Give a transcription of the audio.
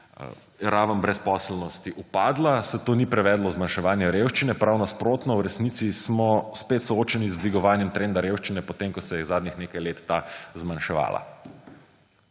raven brezposelnosti upadla, se to ni prevedlo v zmanjševanje revščine. Prav nasprotno, v resnici smo spet soočeni z dvigovanjem trenda revščine, potem ko se je zadnjih nekaj let ta zmanjševala.